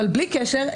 בלי קשר,